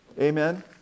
Amen